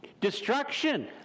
destruction